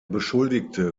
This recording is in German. beschuldigte